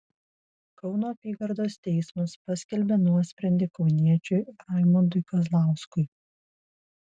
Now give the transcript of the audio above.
kauno apygardos teismas paskelbė nuosprendį kauniečiui raimondui kazlauskui